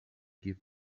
give